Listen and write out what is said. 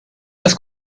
las